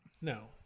No